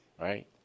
right